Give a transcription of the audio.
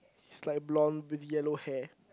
is like blonde yellow hair